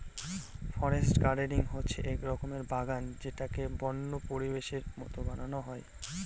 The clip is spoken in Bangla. ফরেস্ট গার্ডেনিং হচ্ছে এক রকমের বাগান যেটাকে বন্য পরিবেশের মতো বানানো হয়